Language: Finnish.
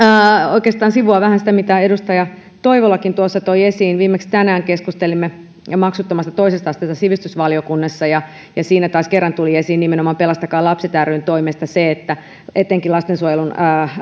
oikeastaan sivuaa vähän sitä mitä edustaja toivolakin toi esiin viimeksi tänään keskustelimme maksuttomasta toisesta asteesta sivistysvaliokunnassa ja ja siinä taas kerran tuli esiin nimenomaan pelastakaa lapset ryn toimesta se että etenkin lastensuojelun